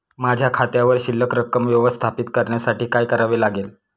माझ्या खात्यावर शिल्लक रक्कम व्यवस्थापित करण्यासाठी काय करावे लागेल?